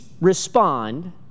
respond